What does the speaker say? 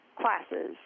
classes